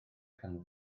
cynwal